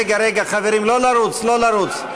רגע, רגע, חברים, לא לרוץ, לא לרוץ.